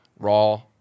raw